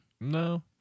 No